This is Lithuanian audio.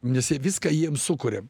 nes jie viską jiems sukuriam